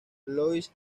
louise